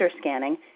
scanning